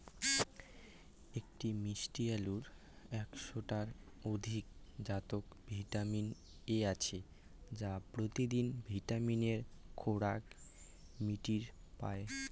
কটি মিষ্টি আলুত একশ টার অধিক জাতত ভিটামিন এ আছে যা পত্যিদিন ভিটামিনের খোরাক মিটির পায়